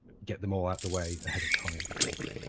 get them all out the way ahead of time, i think.